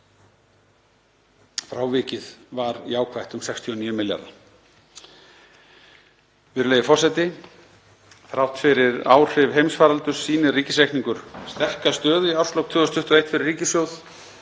Frávikið var jákvætt um 69 milljarða. Virðulegi forseti. Þrátt fyrir áhrif heimsfaraldurs sýnir ríkisreikningur sterka stöðu í árslok 2021 fyrir ríkissjóð.